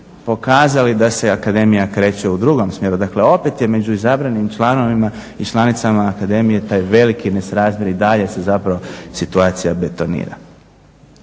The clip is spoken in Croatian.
pokazali da se akademija kreće u drugom smjeru. Dakle, opet je među izabranim članovima i članicama akademije taj veliki nesrazmjer i dalje se zapravo situacija betonira.